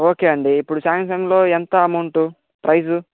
okay అండి ఇప్పుడు సాయంత్రంలో ఎంత అమౌంటు ప్రైజు